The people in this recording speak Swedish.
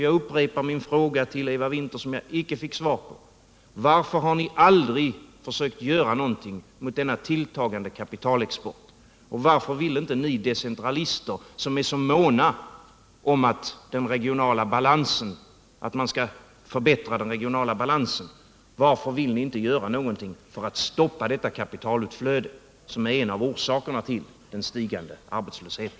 Jag upprepar min fråga till Eva Winther, som jag inte fick svar på: Varför har ni aldrig försökt göra någonting mot denna tilltagande kapitalexport? Och varför vill ni decentralister, som är så måna om att man skall förbättra den regionala balansen, inte göra någonting för att stoppa detta kapitalutflöde, som är en av orsakerna till den stigande arbetslösheten?